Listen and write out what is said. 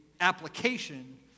Application